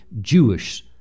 Jewish